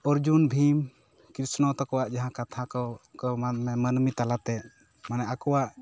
ᱚᱨᱡᱩᱱ ᱵᱷᱤᱢ ᱠᱤᱥᱱᱚ ᱛᱟᱠᱚᱣᱟᱜ ᱡᱟᱦᱟᱸ ᱠᱟᱛᱷᱟ ᱠᱚ ᱠᱚᱢ ᱢᱟᱹᱱᱢᱤ ᱛᱟᱞᱟᱛᱮ ᱢᱟᱱᱮ ᱟᱠᱚᱣᱟᱜ